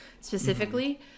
specifically